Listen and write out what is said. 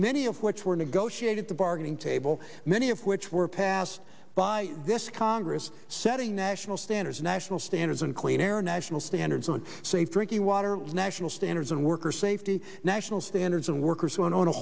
many of which were negotiated the bargaining table many of which were passed by this congress setting national standards national standards and clean air national standards on safe drinking water national standards and worker safety national standards and workers went on a